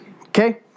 Okay